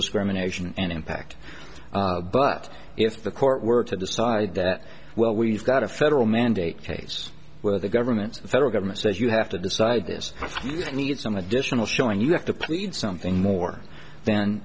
was criminal action and impact but if the court were to decide that well we've got a federal mandate case where the government the federal government says you have to decide this you need some additional showing you have to plead something more than